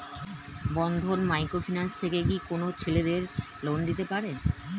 বন্ধন micro finance থেকে কি কোন ছেলেদের লোন দিতে পারে?